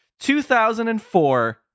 2004